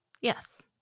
Yes